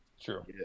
True